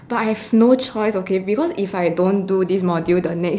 but I've no choice okay because if I don't do this module the next